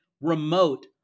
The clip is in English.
remote